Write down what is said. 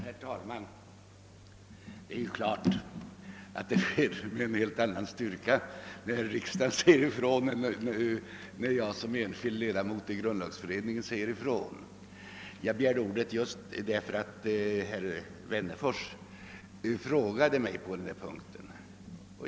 Herr talman! Det är klart att frågan aktualiseras med en helt annan styrka när riksdagen säger ifrån än när jag som enskild ledamot av grundlagberedningen säger ifrån. Jag begärde ordet därför att herr Wennerfors ställde en fråga till mig på denna punkt.